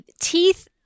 Teeth